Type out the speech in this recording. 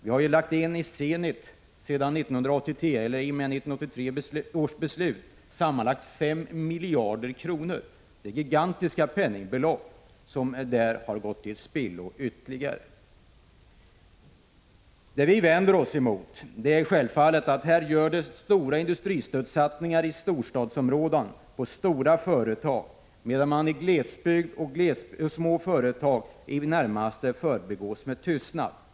Vi har sedan 1983 års beslut lagt ned sammanlagt 5 miljarder kronor i Zenit. Det är gigantiska belopp som där har gått till spillo. Det vi vänder oss emot är självfallet att det görs stora industristödssatsningar i storstadsområden på stora företag, medan glesbygd och små företag i det närmaste förbigås med tystnad.